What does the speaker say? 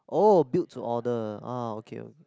oh built to order ah okay